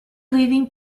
leaving